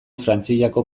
frantziako